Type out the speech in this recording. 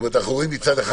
אנחנו רואים מצד אחד,